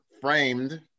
framed